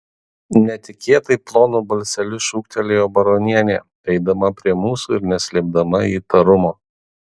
netikėtai plonu balseliu šūktelėjo baronienė eidama prie mūsų ir neslėpdama įtarumo